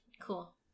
Cool